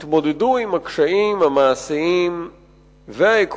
התמודדו עם הקשיים המעשיים והעקרוניים